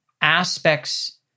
aspects